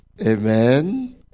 Amen